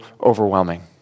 overwhelming